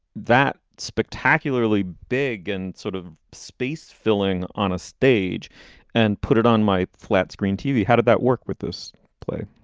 that spectacularly big and sort of space filling on a stage and put it on my flat screen tv. how did that work with this play?